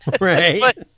right